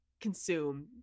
consume